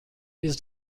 his